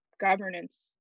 governance